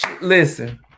Listen